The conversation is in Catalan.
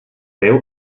déu